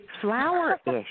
flower-ish